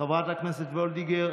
חברת הכנסת וולדיגר,